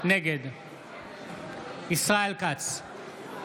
נגד ישראל כץ,